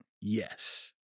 Yes